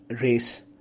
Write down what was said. race